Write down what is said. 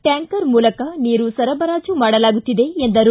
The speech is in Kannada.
ಟ್ಯಾಂಕರ್ ಮೂಲಕ ನೀರು ಸರಬರಾಜು ಮಾಡಲಾಗುತ್ತಿದೆ ಎಂದರು